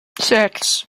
six